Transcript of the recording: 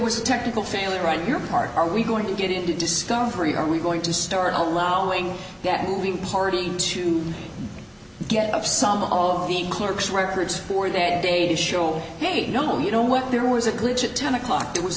was a technical failure on your part are we going to get into discovery are we going to start allowing that moving party to get up some of the clerks records for their day to show hate no you don't work there was a glitch at ten o'clock there was